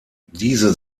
diese